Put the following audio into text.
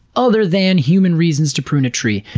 other than human reasons to prune a tree.